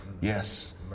Yes